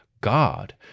God